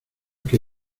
que